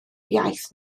iaith